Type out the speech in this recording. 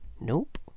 nope